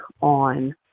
on